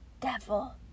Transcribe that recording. devil